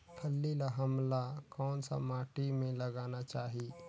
फल्ली ल हमला कौन सा माटी मे लगाना चाही?